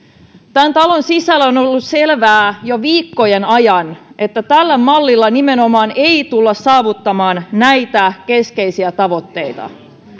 tämän talon sisällä on ollut selvää jo viikkojen ajan että tällä mallilla nimenomaan ei tulla saavuttamaan näitä keskeisiä tavoitteita